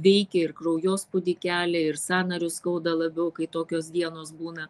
veikia ir kraujospūdį kelia ir sąnarius skauda labiau kai tokios dienos būna